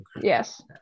Yes